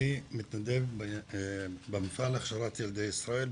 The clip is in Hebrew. אני מתנדב במפעל הכשרת ילדי ישראל,